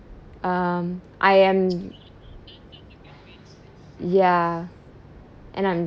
um I am ya and I'm